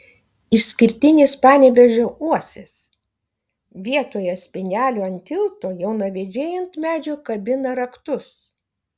išskirtinis panevėžio uosis vietoje spynelių ant tilto jaunavedžiai ant medžio kabina raktus